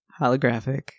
holographic